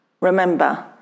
Remember